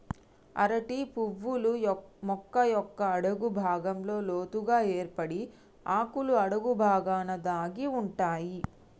అరటి పువ్వులు మొక్క యొక్క అడుగు భాగంలో లోతుగ ఏర్పడి ఆకుల అడుగు బాగాన దాగి ఉంటాయి